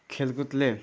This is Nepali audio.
खेलकुदले